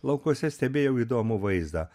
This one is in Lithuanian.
laukuose stebėjau įdomų vaizdą